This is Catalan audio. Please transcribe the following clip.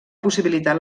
possibilitar